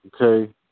Okay